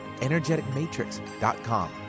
energeticmatrix.com